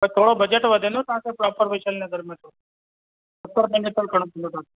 त थोरो बजट वधंदो तव्हां खे प्रोपर वैशाली नगर में थो सतरि पंजहतरि करिणो पवंदो तव्हां खे